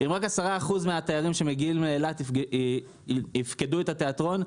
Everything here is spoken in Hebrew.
אם רק 10 אחוז מהתיירים שמגיעים לאילת יפקדו את התיאטרון,